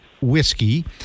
Whiskey